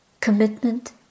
Commitment